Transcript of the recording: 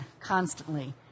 constantly